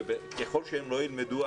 וכלל שהם לא ילמדו,